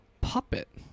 puppet